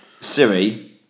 Siri